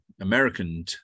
American